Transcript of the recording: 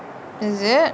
is it